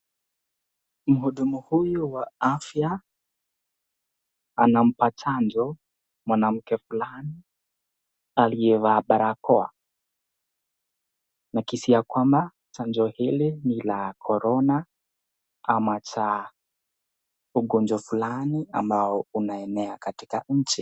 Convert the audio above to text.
Mhudumu huyu wa afya anampaa chanjo mwanamke fulani aliyeva barakoa. Nakisia kwamba chanjo hili ni la Corona ama cha ugonjwa fulani ambao unaenea katika nchi.